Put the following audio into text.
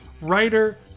writer